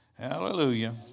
Hallelujah